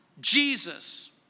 Jesus